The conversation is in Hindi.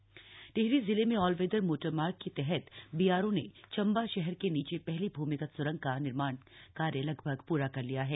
भूमिगत सुरंग टिहरी जिले में ऑलवेदर मोटरमार्ग के तहत बीआरओ ने चंबा शहर के नीचे पहली भूमिगत स्रंग का निर्माण कार्य लगभग प्रा कर लिया है